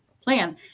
plan